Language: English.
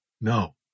No